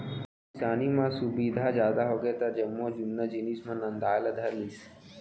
किसानी म सुबिधा जादा होगे त जम्मो जुन्ना जिनिस मन नंदाय ला धर लिस